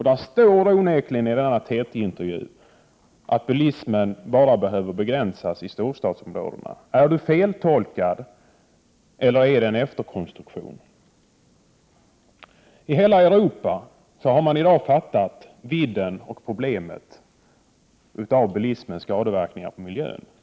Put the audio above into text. Det står onekligen i TT-intervjun att bilismen bara behöver begränsas i storstadsområdena. Är intervjun feltolkad, eller är det en efterkonstruktion? I hela Europa har man i dag förstått vidden och problemet med bilismens skadeverkningar på miljön.